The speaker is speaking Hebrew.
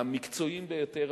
המקצועיים ביותר,